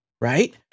Right